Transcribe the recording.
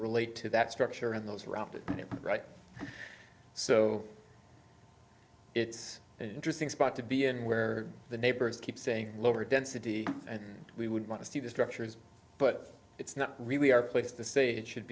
relate to that structure and those around it right so it's an interesting spot to be in where the neighbors keep saying lower density and we would want to see the structures but it's not really our place to say it should